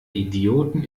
idioten